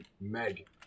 Meg